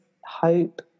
hope